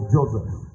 Joseph